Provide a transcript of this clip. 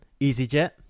EasyJet